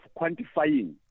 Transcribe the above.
quantifying